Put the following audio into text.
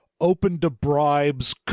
open-to-bribes